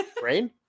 Brain